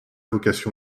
vocation